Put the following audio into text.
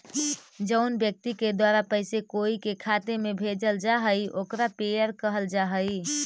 जउन व्यक्ति के द्वारा पैसा कोई के खाता में भेजल जा हइ ओकरा पेयर कहल जा हइ